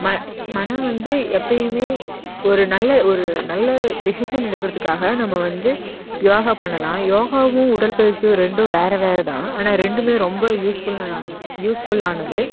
ம மனம் வந்து எப்பையுமே ஒரு நல்ல ஒரு நல்ல டெசிசன் எடுக்கிறதுக்காக நம்ம வந்து யோகா பண்ணலாம் யோகாவும் உடற்பயிற்சியும் ரெண்டும் வேறு வேறுதான் ஆனால் ரெண்டுமே ரொம்ப யூஸ்ஃபுல்லாலான யூஸ்ஃபுல்லானது